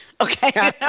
Okay